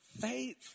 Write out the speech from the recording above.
faith